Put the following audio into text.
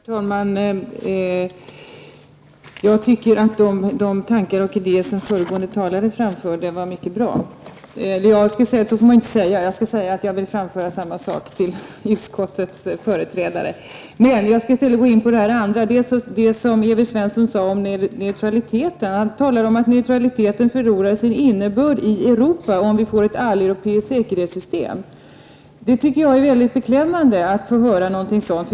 Herr talman! Jag tycker att de tankar och idéer som föregående talare framförde var mycket bra, men så får man inte säga. Jag skall säga att jag vill framföra samma sak till utskottets företrädare. Jag skall i stället gå in på det som Evert Svensson sade om neutraliteten. Han talade om att neutraliteten förlorar sin innebörd i Europa om vi får ett alleuropeiskt säkerhetssystem. Jag tycker att det är mycket beklämmande att få höra något sådant.